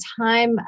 time